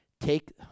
Take